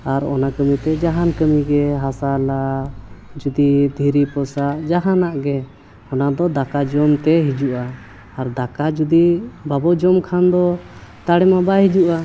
ᱟᱨ ᱚᱱᱟ ᱠᱟᱹᱢᱤ ᱛᱮ ᱡᱟᱦᱟᱱ ᱠᱟᱹᱢᱤ ᱜᱮ ᱦᱟᱥᱟ ᱞᱟ ᱡᱩᱫᱤ ᱫᱷᱤᱨᱤ ᱯᱚᱥᱟᱜ ᱡᱟᱦᱟᱱᱟᱜ ᱜᱮ ᱚᱱᱟ ᱫᱚ ᱫᱟᱠᱟ ᱡᱚᱢᱛᱮ ᱦᱤᱡᱩᱜᱼᱟ ᱟᱨ ᱫᱟᱠᱟ ᱡᱩᱫᱤ ᱵᱟᱵᱚ ᱡᱚᱢ ᱠᱷᱟᱱ ᱫᱚ ᱫᱟᱲᱮ ᱢᱟ ᱵᱟᱭ ᱦᱤᱡᱩᱜᱼᱟ